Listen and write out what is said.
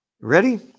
Ready